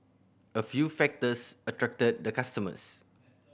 a few factors attracted the customers